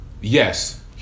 yes